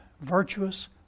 virtuous